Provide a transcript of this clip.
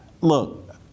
Look